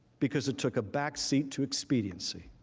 because it took a back seat to expediency.